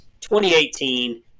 2018